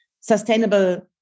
sustainable